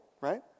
right